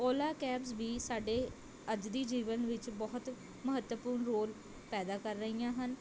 Ola cabs ਵੀ ਸਾਡੇ ਅੱਜ ਦੀ ਜੀਵਨ ਵਿੱਚ ਬਹੁਤ ਮਹੱਤਵਪੂਰਨ ਰੋਲ ਪੈਦਾ ਕਰ ਰਹੀਆਂ ਹਨ